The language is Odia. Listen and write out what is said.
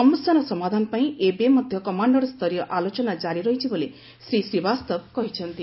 ସମସ୍ୟାର ସମାଧାନ ପାଇଁ ଏବେ ମଧ୍ୟ କମାଣ୍ଡରସ୍ତରୀୟ ଆଲୋଚନା ଜାରି ରହିଛି ବୋଲି ଶ୍ରୀ ଶ୍ରୀବାସ୍ତବା କହିଛନ୍ତି